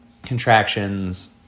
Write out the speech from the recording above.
contractions